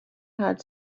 had